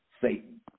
Satan